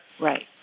Right